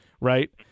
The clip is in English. right